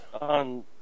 On